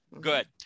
Good